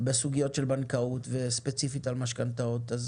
בסוגיות של בנקאות וספציפית על משכנתאות אז